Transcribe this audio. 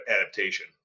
adaptation